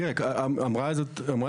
תראה, אמרה את זה עינת.